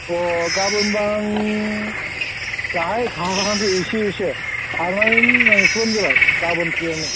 अ गाबोनबा आं दाहाय खाहांसै एसे एसे खानानै लांफैबानो जाबाय गाबोन फैनानै